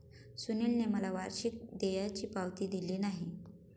सुनीलने मला वार्षिक देयाची पावती दिली नाही